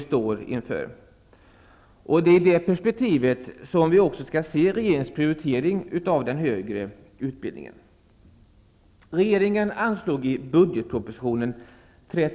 Det är i det perspektivet som vi skall se regeringens prioritering av den högre utbildningen.